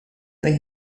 they